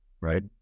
right